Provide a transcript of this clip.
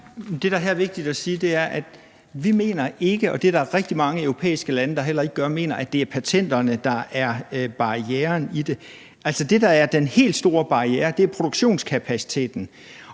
Det, der her er vigtigt at sige, er, at vi ikke mener – og det er der rigtig mange europæiske lande der heller ikke gør – at det er patenterne, der er barrieren i det. Altså, det, der er den helt store barriere, er produktionskapaciteten,